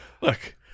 Look